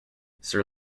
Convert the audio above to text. sir